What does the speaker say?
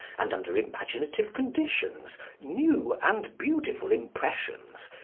and under imaginative conditions, new and beautiful impressions,